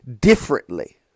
differently